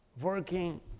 working